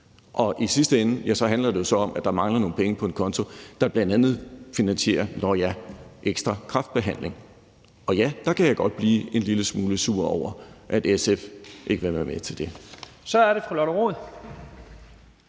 og i sidste ende handler det jo så om, at der mangler nogle penge på en konto, der bl.a. finansierer, nå ja, ekstra kræftbehandling. Og ja, der kan jeg godt blive en lille smule sur over, at SF ikke vil være med til det. Kl. 11:44 Første